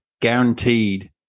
guaranteed